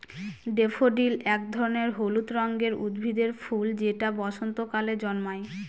daffodil এক ধরনের হলুদ রঙের উদ্ভিদের ফুল যেটা বসন্তকালে জন্মায়